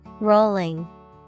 Rolling